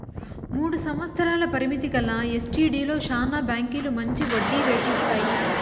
మూడు సంవత్సరాల పరిమితి గల ఎస్టీడీలో శానా బాంకీలు మంచి వడ్డీ రేటు ఇస్తాయి